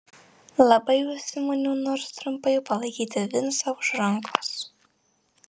labai užsimaniau nors trumpai palaikyti vincą už rankos